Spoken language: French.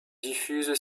diffuse